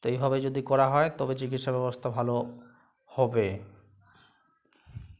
তো এইভাবে যদি করা হয় তবে চিকিৎসা ব্যবস্থা ভালো হবে